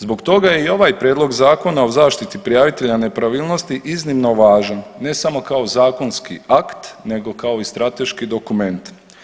Zbog toga je i ovaj prijedlog Zakon o zaštiti prijavitelja nepravilnosti iznimno važan ne samo kao zakonski akt nego kao i strateški dokument.